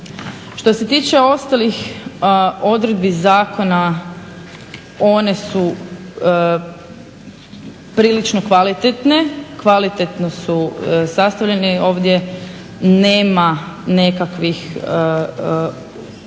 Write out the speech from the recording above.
Što se tiče ostalih odredbi zakona one su prilično kvalitetne, kvalitetno su sastavljene. Ovdje nema nekakvih određenih